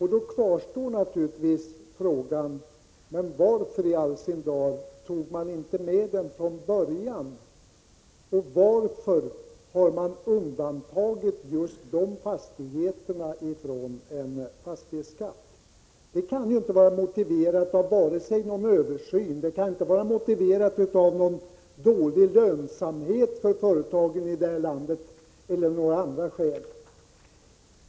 Då kvarstår naturligtvis frågan: Men varför i all sin dar tog man inte med den från början? Varför har man undantagit just de fastigheterna från en fastighetsskatt? Det kan inte vara motiverat vare sig av någon översyn eller av någon dålig lönsamhet för företagen här i landet.